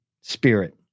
spirit